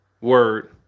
word